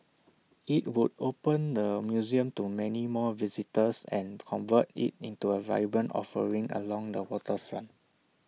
IT would open the museum to many more visitors and convert IT into A vibrant offering along the waterfront